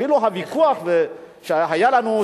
אפילו הוויכוח שהיה לנו,